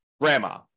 grandma